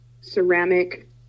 ceramic